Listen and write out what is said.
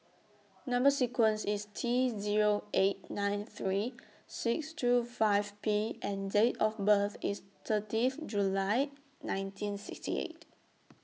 Number sequence IS T Zero eight nine three six two five P and Date of birth IS thirtieth July nineteen sixty eight